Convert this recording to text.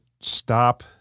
stop